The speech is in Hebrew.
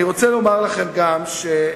אני רוצה לומר לכם גם שמבחינתנו